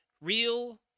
real